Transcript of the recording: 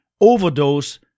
overdose